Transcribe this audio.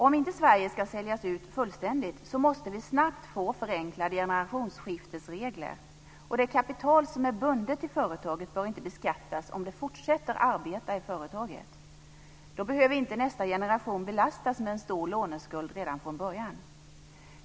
Om inte Sverige ska säljas ut fullständigt måste vi snabbt få förenklade generationsskiftesregler, och det kapital som är bundet i företaget bör inte beskattas om det fortsätter att arbeta i företaget. Då behöver inte nästa generation belastas med en stor låneskuld redan från början.